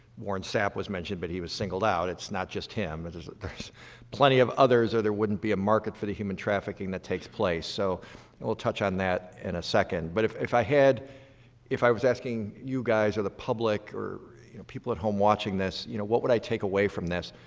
warren sap was mentioned but he was singled out. it's not just him. but there's there's plenty of others or there wouldn't be a market for the human trafficking that takes place. so we'll touch on that in a second. but if if i if i was asking you guys or the public or people at home watching this you know what would i take away from this,